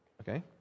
Okay